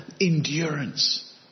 endurance